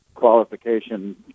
qualification